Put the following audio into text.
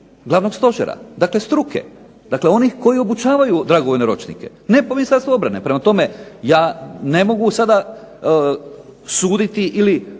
glavnog stožera. Dakle struke. Dakle onih koji obučavaju dragovoljne ročnike. Ne po Ministarstvu obrane. Prema tome, ja ne mogu sada suditi ili